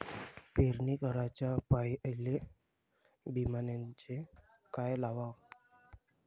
पेरणी कराच्या पयले बियान्याले का लावाव?